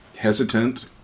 Hesitant